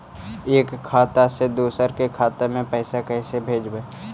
एक खाता से दुसर के खाता में पैसा कैसे भेजबइ?